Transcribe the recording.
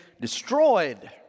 destroyed